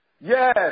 Yes